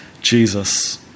jesus